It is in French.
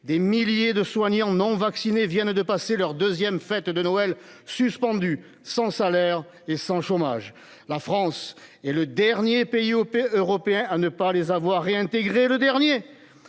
des milliers de soignants non-vaccinés viennent de passer leur 2ème fête de Noël suspendu, sans salaire et sans chômage. La France est le dernier pays européen à ne pas les avoir réintégré le dernier